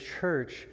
church